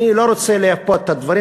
אני לא רוצה לייפות את הדברים.